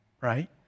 right